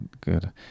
good